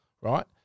right